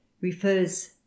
refers